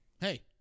Hey